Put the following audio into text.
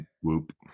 Whoop